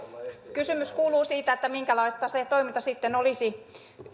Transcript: kysymys kuuluu minkälaista se toiminta sitten olisi